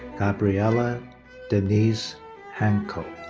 gabriela denise hanco.